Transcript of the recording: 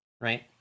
right